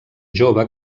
jove